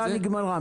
הדקה נגמרה.